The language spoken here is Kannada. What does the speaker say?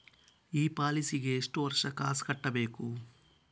ಈ ಪಾಲಿಸಿಗೆ ಎಷ್ಟು ವರ್ಷ ಕಾಸ್ ಕಟ್ಟಬೇಕು?